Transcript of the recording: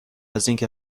اینکه